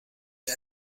que